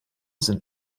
sind